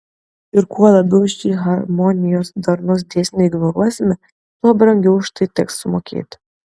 ir kuo labiau šį harmonijos darnos dėsnį ignoruosime tuo brangiau už tai teks sumokėti